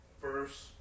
first